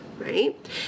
right